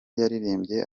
yaririmbye